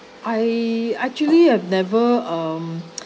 I actually I've never um